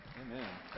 Amen